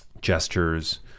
gestures